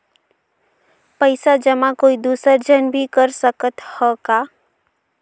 पइसा जमा कोई दुसर झन भी कर सकत त ह का?